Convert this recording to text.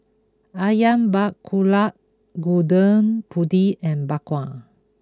Ayam Buah Keluak Gudeg Putih and Bak Kwa